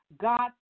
God